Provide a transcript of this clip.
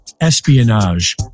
espionage